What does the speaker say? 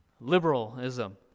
liberalism